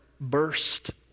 burst